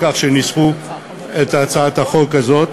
על כך שניסחו את הצעת החוק הזאת,